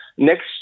Next